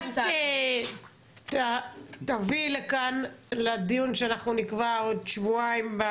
את תביאי לכאן לדיון שאנחנו נקבע עוד שבועיים.